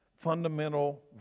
fundamental